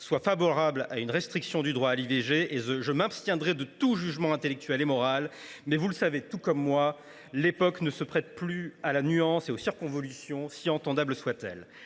soient favorables à une restriction du droit à l’IVG, et je m’abstiendrai de tout jugement intellectuel et moral, mais, vous le savez tout comme moi, l’époque ne se prête plus à la nuance ni aux circonvolutions, si entendables soient elles.